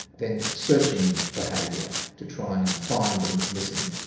then searching behaviour to try and find the missing,